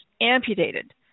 amputated